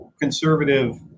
conservative